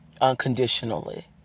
unconditionally